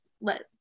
let